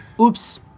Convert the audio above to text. Oops